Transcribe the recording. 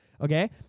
okay